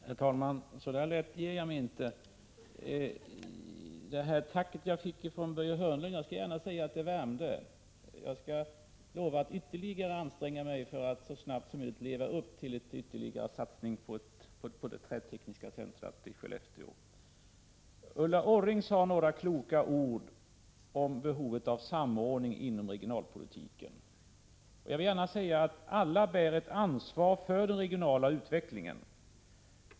Herr talman! Så lätt ger jag mig inte. Jag skall gärna säga att det tack jag fick från Börje Hörnlund värmde. Jag skall lova att ytterligare anstränga mig för att så snabbt som möjligt leva upp till en ytterligare satsning på det trätekniska centret i Skellefteå. Ulla Orring sade några kloka ord om behovet av samordning inom regionalpolitiken. Jag vill gärna säga att alla bär ett ansvar för den regionala utvecklingen.